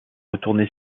retourné